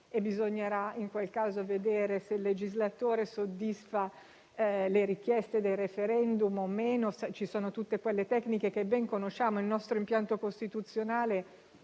e bisognerà in quel caso vedere se il legislatore soddisfa le richieste dei *referendum* o meno; ci sono tutte quelle tecniche che ben conosciamo e il nostro impianto costituzionale